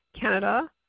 Canada